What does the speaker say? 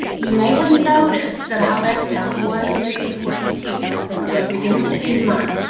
you may have noticed that i left out one very important piece, i said we're going to begin with the end in mind.